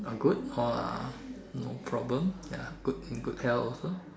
all good or uh no problem ya good in good health also